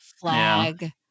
flag